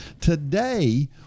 Today